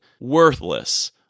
worthless